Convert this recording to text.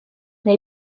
neu